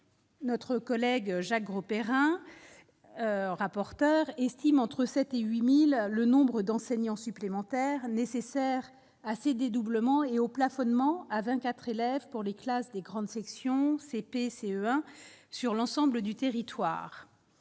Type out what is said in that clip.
notre collègue Jacques Grosperrin rapporteur estime entre 7 et 8000 le nombre d'enseignants supplémentaires nécessaires à ces dédoublements et au plafonnement à 24 élèves pour les classes des grande section, CP, CE1, sur l'ensemble du territoire,